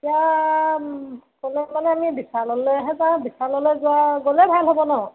এতিয়া ক'লে মানে আমি বিশাললৈহে যাওঁ বিশাললৈ যোৱা গ'লে ভাল হ'ব ন